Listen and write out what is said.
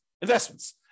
investments